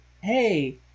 Hey